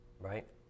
right